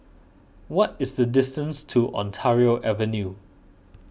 what is the distance to Ontario Avenue